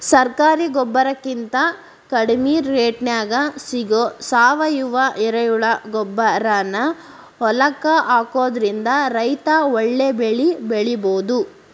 ಸರಕಾರಿ ಗೊಬ್ಬರಕಿಂತ ಕಡಿಮಿ ರೇಟ್ನ್ಯಾಗ್ ಸಿಗೋ ಸಾವಯುವ ಎರೆಹುಳಗೊಬ್ಬರಾನ ಹೊಲಕ್ಕ ಹಾಕೋದ್ರಿಂದ ರೈತ ಒಳ್ಳೆ ಬೆಳಿ ಬೆಳಿಬೊದು